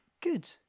Good